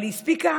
אבל הספיקה